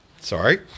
Sorry